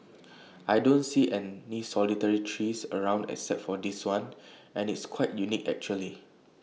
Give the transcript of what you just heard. I don't see any solitary trees around except for this one and it's quite unique actually